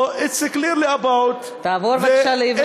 So it is clearly about the Israeli